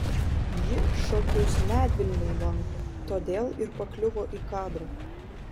ji šokius medvilnėj lanko todėl ir pakliuvo į kadrą